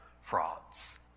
frauds